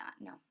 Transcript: no